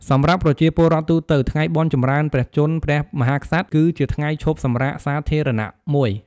សម្រាប់ប្រជាពលរដ្ឋទូទៅ ថ្ងៃបុណ្យចម្រើនព្រះជន្មព្រះមហាក្សត្រ គឺជាថ្ងៃឈប់សម្រាកសាធារណៈមួយ។